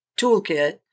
toolkit